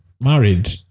married